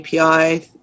API